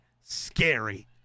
scary